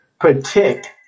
protect